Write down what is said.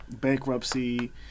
bankruptcy